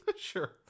Sure